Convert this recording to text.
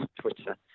Twitter